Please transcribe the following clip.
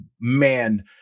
man